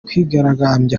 kwigaragambya